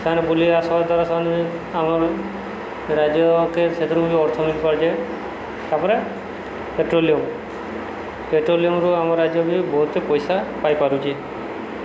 ସେମାନେ ବୁଲିି ଆସିବା ଦ୍ୱାରା ସେମାନେ ଆମର ରାଜ୍ୟକୁ ସେଥିରୁ ଅର୍ଥନୀତି ବଢ଼ିଯାଏ ତାପରେ ପେଟ୍ରୋଲିୟମ ପେଟ୍ରୋଲିୟମରୁ ଆମ ରାଜ୍ୟ ବି ବହୁତ ପଇସା ପାଇପାରୁଛି